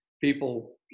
people